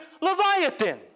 Leviathan